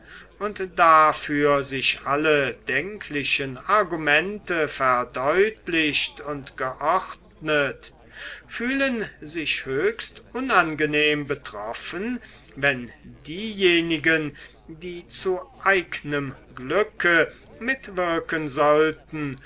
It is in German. und dafür sich alle denklichen argumente verdeutlicht und geordnet fühlen sich höchst unangenehm betroffen wenn diejenigen die zu eignem glücke mitwirken sollten